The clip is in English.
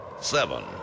seven